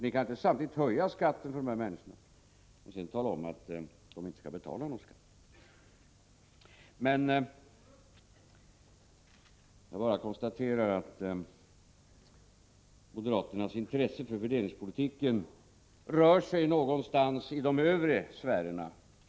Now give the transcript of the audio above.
Ni kan inte höja skatten för de här människorna samtidigt som ni talar om för dem att de inte skall betala någon skatt. Jag konstaterar att moderaternas intresse för fördelningspolitiken rör sig någonstans i de övre sfärerna.